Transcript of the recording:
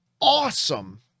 awesome